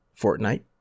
Fortnite